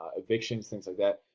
evictions, things like that,